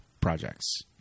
projects